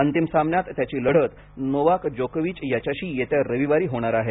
अंतिम सामन्यात त्याची लढत नोवाक जोकोविच याच्याशी येत्या रविवारी होणार आहे